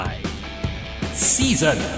Season